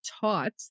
taught